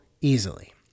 easily